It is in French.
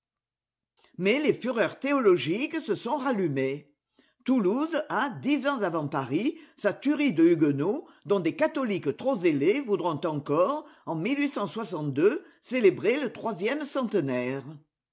mais les fureurs théologiques se sont rallumées toulouse a dix ans avant paris sa tuerie de huguenots dont des catholiques trop zélés voudront encore en célébrer le troisième centenaire